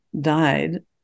died